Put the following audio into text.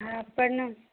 हॅं प्रणाम